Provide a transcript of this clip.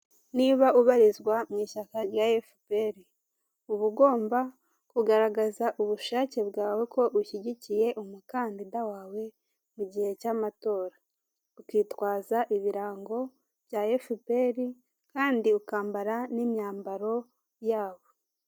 Niba ubarizwa mu ishyaka rya efuperi uba ugomba kugaragaza ubushake bwawe ko ushyigikiye umukandida wawe mu gihe cy' amatora, ukitwaza ibirango bya rfuperi kandi ukambara n'imyambaro yabo.